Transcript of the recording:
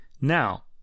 Now